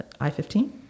I-15